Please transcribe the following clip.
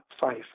five